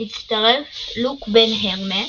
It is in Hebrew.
מצטרף לוק בן הרמס,